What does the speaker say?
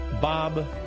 Bob